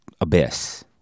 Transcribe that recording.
abyss